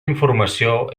informació